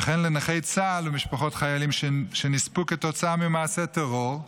וכן לנכי צה"ל ולמשפחות חיילים שנספו כתוצאה ממעשה טרור,